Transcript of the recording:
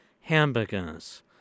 hamburgers